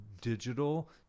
digital